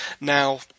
Now